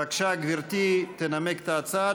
בבקשה, גברתי תנמק את ההצעה.